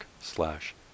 slash